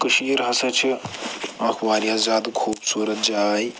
کٔشیٖر ہَسا چھِ اکھ وارِیاہ زیادٕ خوٗبصوٗرت جاے